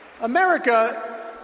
America